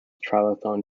triathlon